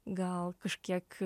gal kažkiek